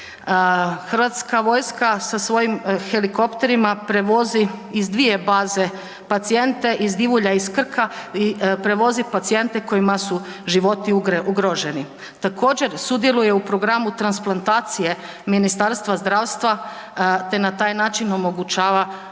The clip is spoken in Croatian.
Hrvatska vojska sa svojim helikopterima prevozi iz dvije baze pacijente, iz Divulja i iz Krka i prevoze pacijente kojima su životi ugroženi. Također sudjeluje u programu transplantacije Ministarstva zdravstva te na taj način omogućava živote